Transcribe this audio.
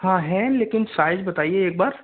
हाँ है लेकिन साइज़ बताइए एक बार